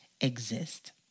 exist